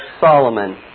Solomon